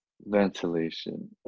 ventilation